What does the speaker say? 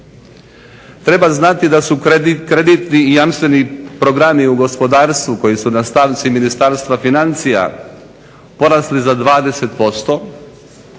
Treba znati da su krediti i jamstveni programi u gospodarstvu koji su na stavci Ministarstva financija porasli za 20%